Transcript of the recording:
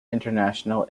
international